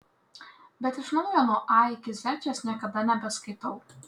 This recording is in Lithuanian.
bet iš naujo nuo a iki z jos niekada nebeskaitau